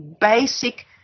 basic